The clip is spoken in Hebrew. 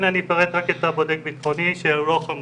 אפרט רק את הבודק הבטחוני שאינו חמוש.